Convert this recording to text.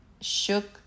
shook